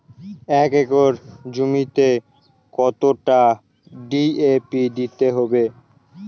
এক একর জমিতে কতটা ডি.এ.পি দিতে হবে?